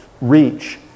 reach